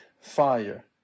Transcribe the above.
fire